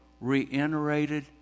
reiterated